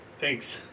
Thanks